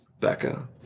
Becca